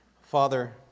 father